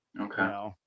Okay